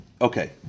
okay